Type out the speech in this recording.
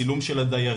צילום של הדיירים,